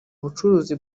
bucuruzi